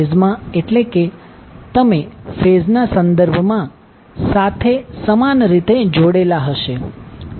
ફેઝમાં અટલે કે તમે ફેઝના સંદર્ભ સાથે સમાન રીતે જોડેલા હશે